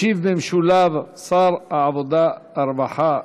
ישיב במשולב שר העבודה והרווחה,